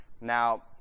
now